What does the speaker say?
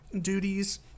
duties